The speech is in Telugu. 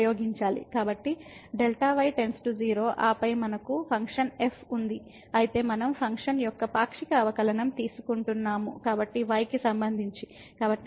కాబట్టి Δ y → 0 ఆపై మనకు ఫంక్షన్ f ఉంది అయితే మనం ఫంక్షన్ యొక్క పాక్షిక అవకలనం తీసుకుంటున్నాము కాబట్టి y కి సంబంధించి 0 కావున 0 Δy గా ఉంటుంది